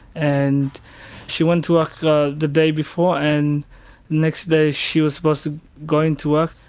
and she went to work the day before and next day she was supposed to go into work.